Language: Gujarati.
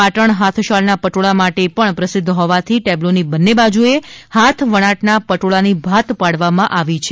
પાટણ હાથસાળનાં પટોળા માટે પણ પ્રસિદ્ધ હોવાથી ટેબ્લોની બંને બાજુએ હાથવણાટના પટોળાની ભાત પાડવામાં આવી છે